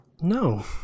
No